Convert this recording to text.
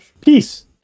Peace